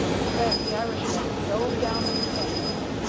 then the irishman dove down the companionway,